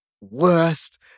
worst